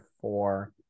four